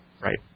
Right